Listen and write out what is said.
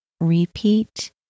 Repeat